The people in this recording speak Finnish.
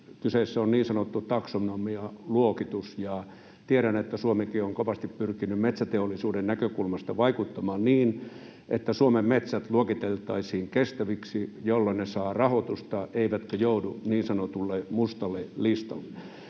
Kyseessä on niin sanottu taksonomialuokitus, ja tiedän, että Suomikin on kovasti pyrkinyt metsäteollisuuden näkökulmasta vaikuttamaan niin, että Suomen metsät luokiteltaisiin kestäviksi, jolloin ne saavat rahoitusta eivätkä joudu niin sanotulle mustalle listalle.